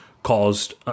caused